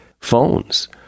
phones